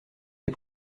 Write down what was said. les